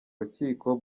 rukiko